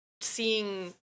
seeing